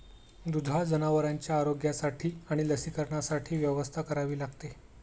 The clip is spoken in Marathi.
दुधाळ जनावरांच्या आरोग्यासाठी आणि लसीकरणासाठी व्यवस्था करावी लागते